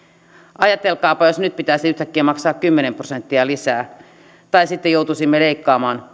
ajatelkaapa jos nyt pitäisi yhtäkkiä maksaa kymmenen prosenttia lisää tai sitten joutuisimme leikkaamaan